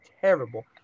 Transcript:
terrible